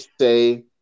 say